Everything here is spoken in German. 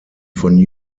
von